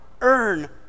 earn